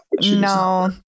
No